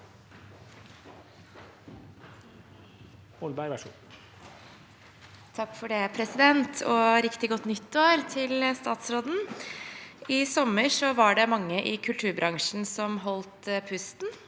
«I sommer var det mange i kulturbransjen som holdt pusten.